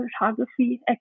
Photography